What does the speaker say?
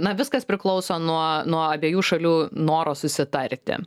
na viskas priklauso nuo nuo abiejų šalių noro susitarti